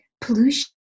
pollution